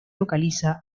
localiza